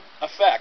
effect